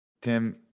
Tim